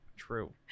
true